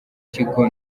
kigo